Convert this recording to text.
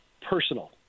personal